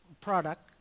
product